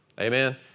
Amen